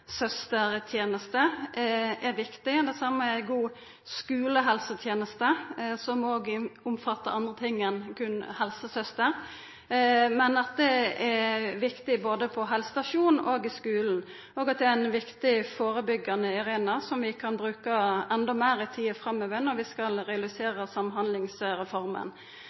ei god helsesøsterteneste er viktig. Det same er ei god skulehelseteneste, som òg omfattar andre ting enn berre helsesøster. Men dette er viktig både på helsestasjonen og i skulen. Det er òg ein viktig førebyggjande arena som vi kan bruka endå meir i tida framover når vi skal realisera Samhandlingsreforma.